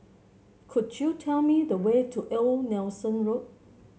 could you tell me the way to Old Nelson Road